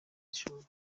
ishuri